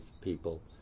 people